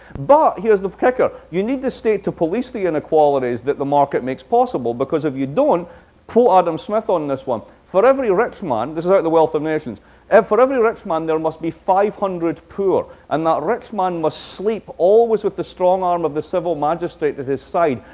but here's the kicker. you need to state to police the inequalities that the market makes possible. because if you don't poor adam smith on this one for every rich man this is out of the wealth of nations and for every rich man, there must be five hundred poor, and that rich man must sleep always with the strong arm of the civil magistrate at his side,